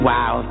Wow